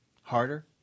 harder